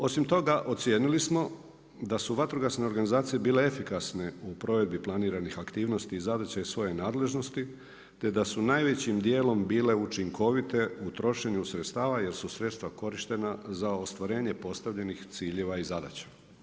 Osim toga ocijenili smo da su vatrogasne organizacije bile efikasne u provedbi planiranih aktivnosti i zadaća iz svoje nadležnosti te da su najvećim dijelom bile učinkovite u trošenju sredstava jer su sredstva korištena za ostvarenje postavljenih ciljeva i zadaća.